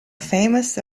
famous